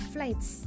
Flights